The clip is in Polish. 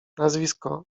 nazwisko